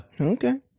Okay